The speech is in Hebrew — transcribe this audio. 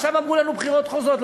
עכשיו אמרו לנו בחירות חוזרות,